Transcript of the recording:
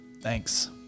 Thanks